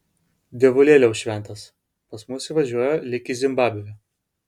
dievulėliau šventas pas mus jie važiuoja lyg į zimbabvę